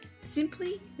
Simply